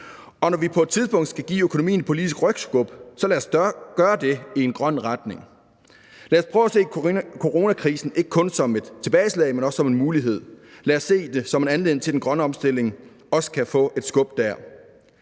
når vi på et tidspunkt skal give økonomien et politisk rygskub, så lad os gøre det i en grøn retning. Lad os prøve at se coronakrisen som ikke kun et tilbageslag, men også som en mulighed. Lad os se det som en anledning til, at den grønne omstilling også kan få et skub der.